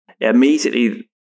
immediately